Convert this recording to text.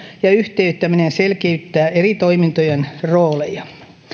ja yhtiöittäminen selkiyttää eri toimintojen rooleja